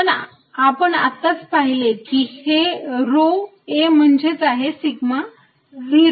पण आपण आत्ताच पाहिले की रो a म्हणजेच आहे सिग्मा 0